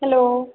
hello